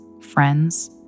friends